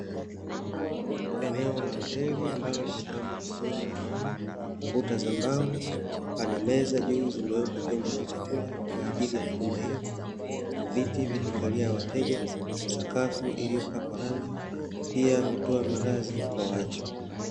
Eneo la hoteli ambalo limepambwa vizuri na maua, kuta za mbao, pana meza juu zimewekwa vyombo vya chakula kwa ajili ya huduma hiyo, viti vya kukalia wateja, sakafu iliyopakwa rangi, pia hutoa za malazi kwa watu.